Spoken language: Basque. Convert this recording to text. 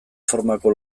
formako